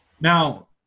Now